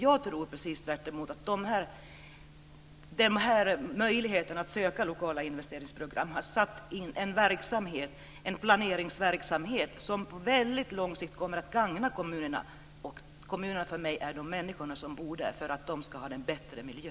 Jag tror precis tvärtemot att möjligheten att söka lokala investeringsprogram har startat en planeringsverksamhet som på lång sikt kommer att gagna kommunerna och de människor som bor där för att de ska få en bättre miljö.